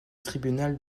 tribunal